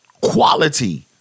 quality